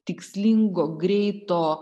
tikslingo greito